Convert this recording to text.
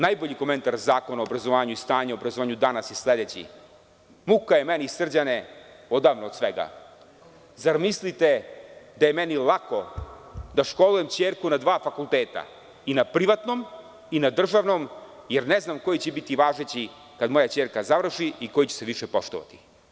Najbolji komentar Zakona o obrazovanju i o stanju u obrazovanju danas je sledeći – muka je meni Srđane odavno od svega, zar mislite da je meni lako da školujem kćerku na dva fakulteta i na privatnom i na državnom jer ne znam koji će biti važeći kad moja kćerka završi i koji će se više poštovati.